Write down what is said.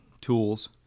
tools